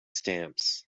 stamps